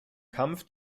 kampf